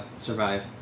survive